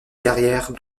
carrière